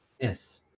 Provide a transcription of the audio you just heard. Yes